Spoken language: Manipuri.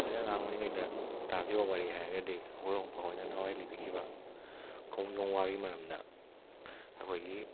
ꯑꯩꯅ ꯑꯉꯥꯡ ꯑꯣꯏꯔꯤꯉꯩꯗ ꯇꯥꯈꯤꯕ ꯋꯥꯔꯤ ꯍꯥꯏꯔꯒꯗꯤ ꯑꯩꯈꯣꯏ ꯅꯍꯥꯟꯋꯥꯏ ꯂꯤꯕꯤꯈꯤꯕ ꯈꯣꯡꯖꯣꯝ ꯋꯥꯔꯒꯤ ꯃꯔꯝꯗ ꯑꯩꯈꯣꯏꯒꯤ